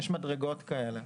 יש מדרגות כאלה.